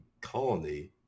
colony